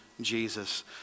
Jesus